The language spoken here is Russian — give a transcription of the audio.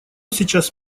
сейчас